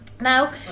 Now